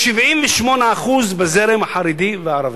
ו-78% יהיו בזרם החרדי והערבי.